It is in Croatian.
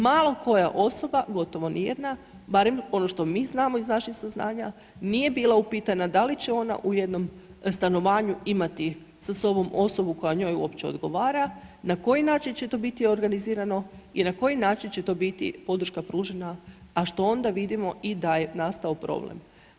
Malo koja osoba, gotovo ni jedna, barem ono što mi znamo iz naših saznanja nije bila upitana da li će ona u jednom stanovanju imati sa sobom osobu koja njoj uopće odgovara, na koji način će to biti organizirano i na koji način će to biti podrška pružena a što onda vidimo i da je nastao problem.